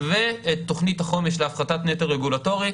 ותוכנית החומש להפחתת נטל רגולטורי,